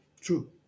True